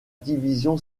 division